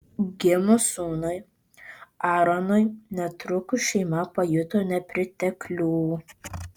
gimus sūnui aaronui netrukus šeima pajuto nepriteklių